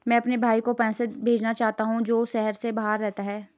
मैं अपने भाई को पैसे भेजना चाहता हूँ जो शहर से बाहर रहता है